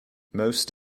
most